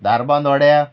धारबांदोड्या